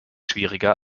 schwieriger